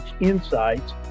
Insights